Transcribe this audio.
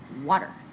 Water